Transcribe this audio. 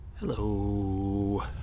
hello